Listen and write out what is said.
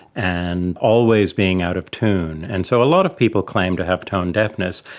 and always being out of tune. and so a lot of people claim to have tone deafness,